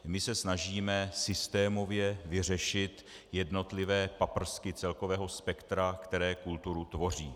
My se snažíme systémově vyřešit jednotlivé paprsky celkového spektra, které kulturu tvoří.